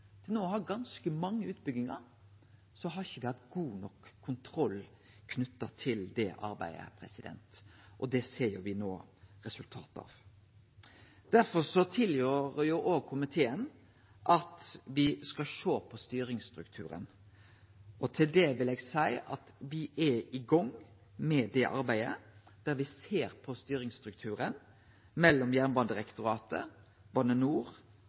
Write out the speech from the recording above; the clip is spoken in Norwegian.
til no å ha ganske mange, har me ikkje hatt god nok kontroll knytt til det arbeidet. Det ser me no resultatet av. Derfor tilrår komiteen at me skal sjå på styringsstrukturen. Til det vil eg seie at me er i gang med det arbeidet. Me ser på styringsstrukturen mellom Jernbanedirektoratet, Bane NOR